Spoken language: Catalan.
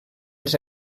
els